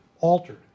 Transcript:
altered